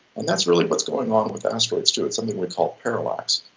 and that's really what's going on with asteroids too. it's something we call paralax,